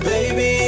Baby